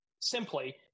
simply